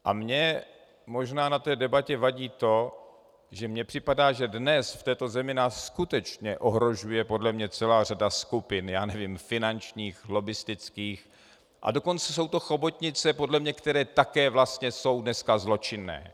A mně možná na té debatě vadí to, že mi připadá, že dnes v této zemi nás skutečně ohrožuje podle mě celá řada skupin já nevím, finančních, lobbistických, a dokonce jsou to chobotnice podle mě, které také dneska jsou vlastně zločinné.